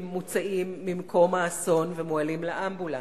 מוצאים ממקום האסון ומועלים לאמבולנס,